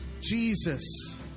Jesus